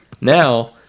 Now